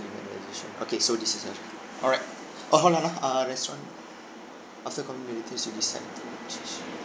okay so this is uh alright oh hold on ah uh restaurant